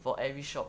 for every shop